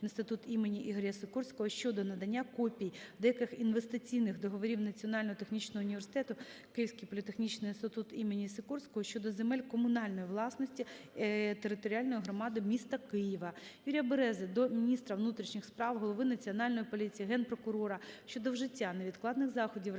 інститут імені Ігоря Сікорського" щодо надання копій деяких інвестиційних договорів Національного технічного університету "Київський політехнічний інститут імені Сікорського" щодо земель комунальної власності територіальної громади міста Києва. Юрія Берези до міністра внутрішніх справ, голови Національної поліції, Генпрокурора щодо вжиття невідкладних заходів реагування